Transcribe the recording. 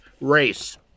race